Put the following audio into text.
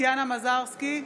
טטיאנה מזרסקי,